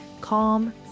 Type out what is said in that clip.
calm